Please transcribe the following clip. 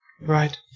Right